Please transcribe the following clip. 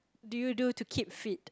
do you do to keep fit